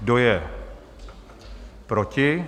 Kdo je proti?